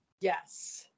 yes